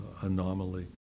anomaly